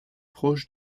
proche